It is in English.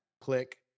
Click